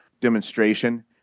demonstration